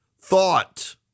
thought